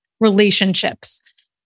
relationships